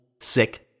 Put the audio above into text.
sick